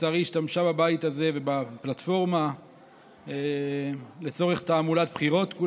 שלצערי השתמשה בבית הזה ובפלטפורמה לצורך תעמולת בחירות,